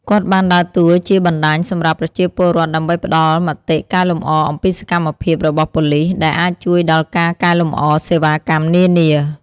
គាត់បានដើរតួជាបណ្តាញសម្រាប់ប្រជាពលរដ្ឋដើម្បីផ្តល់មតិកែលម្អអំពីសកម្មភាពរបស់ប៉ូលីស ដែលអាចជួយដល់ការកែលម្អសេវាកម្មនានា។